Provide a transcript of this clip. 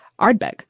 Ardbeg